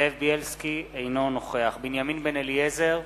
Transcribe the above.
אינו נוכח בנימין בן-אליעזר,